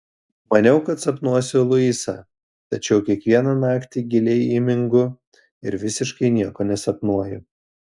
maniau kad sapnuosiu luisą tačiau kiekvieną naktį giliai įmingu ir visiškai nieko nesapnuoju